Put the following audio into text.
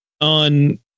on